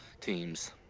teams